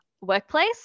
workplace